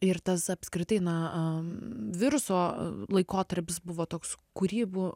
ir tas apskritai na viruso laikotarpis buvo toks kūrybų